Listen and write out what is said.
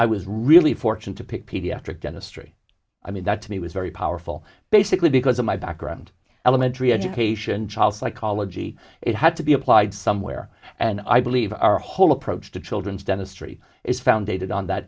i was really fortunate to pick pediatric dentistry i mean that to me was very powerful simply because of my background elementary education child psychology it had to be applied somewhere and i believe our whole approach to children's dentistry is founded on that